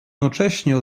nocześnie